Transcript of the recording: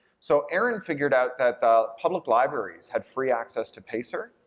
so, aaron figured out that the public libraries had free access to pacer,